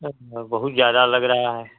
बहुत ज्यादा लग रहा है